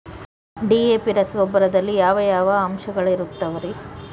DAP ರಸಗೊಬ್ಬರದಲ್ಲಿ ಯಾವ ಯಾವ ಅಂಶಗಳಿರುತ್ತವರಿ?